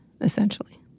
essentially